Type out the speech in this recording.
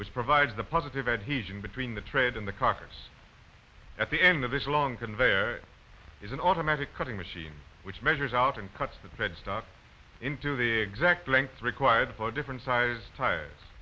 which provides the positive adhesion between the trade and the caucus at the end of this long conveyor is an automatic cutting machine which measures out and cuts the thread stock into the exact length required for different size tires